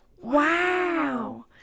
wow